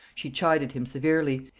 she chid him severely,